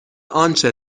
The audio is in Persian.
آنچه